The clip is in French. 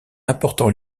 important